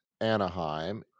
Anaheim